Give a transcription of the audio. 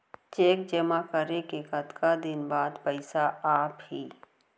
Cheque जेमा करे के कतका दिन बाद पइसा आप ही?